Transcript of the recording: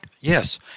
yes